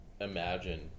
imagine